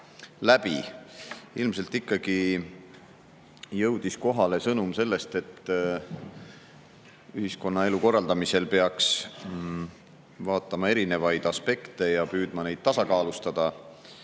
läbi. Ilmselt ikkagi jõudis kohale sõnum, et ühiskonnaelu korraldamisel peaks vaatama erinevaid aspekte ja püüdma neid tasakaalustada,